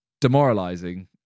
demoralizing